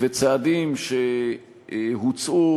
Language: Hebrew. וצעדים שהוצעו,